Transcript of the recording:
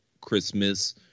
Christmas